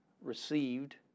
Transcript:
received